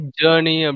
journey